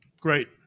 great